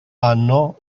anno